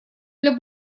для